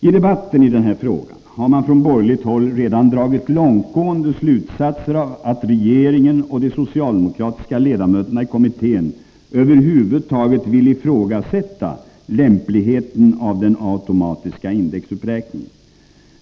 I debatten i denna fråga har man från borgerligt håll redan dragit långtgående slutsatser av att regeringen och de socialdemokratiska ledamöterna i kommittén över huvud taget vill ifrågasätta lämpligheten av den automatiska indexuppräkningen.